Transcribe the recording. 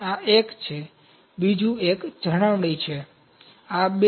બીજું એક જાળવણી છે આ 2 છે